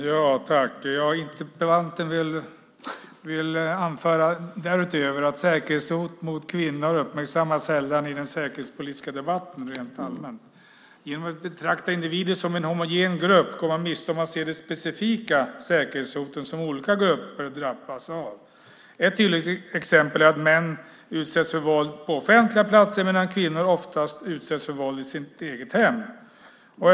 Herr talman! Interpellanten vill därutöver anföra att säkerhetshot mot kvinnor sällan uppmärksammas i den säkerhetspolitiska debatten rent allmänt. Genom att betrakta individer som en homogen grupp går man miste om att se de specifika säkerhetshoten som olika grupper drabbas av. Ett tydligt exempel är att män utsätts för våld på offentliga platser, medan kvinnor oftast utsätts för våld i sitt eget hem.